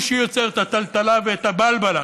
הוא שיוצר את הטלטלה ואת הבלבלה.